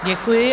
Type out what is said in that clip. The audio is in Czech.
Děkuji.